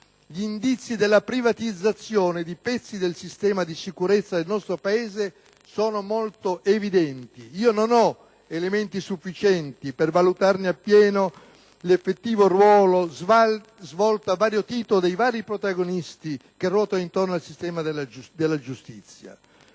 Gli indizi della "privatizzazione" di pezzi del sistema di sicurezza del nostro Paese sono molto evidenti. Non ho elementi sufficienti per valutare appieno l'effettivo ruolo svolto a vario titolo dai diversi protagonisti privati che ruotano intorno al sistema nazionale